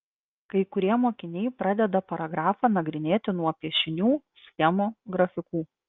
kai kurie mokiniai pradeda paragrafą nagrinėti nuo piešinių schemų grafikų